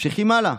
ממשיכים הלאה.